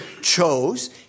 chose